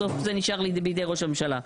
בסוף זה נשאר בידי ראש הממשלה.